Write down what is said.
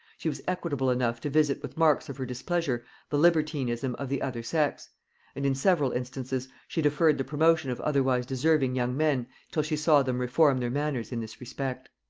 she was equitable enough to visit with marks of her displeasure the libertinism of the other sex and in several instances she deferred the promotion of otherwise deserving young men till she saw them reform their manners in this respect.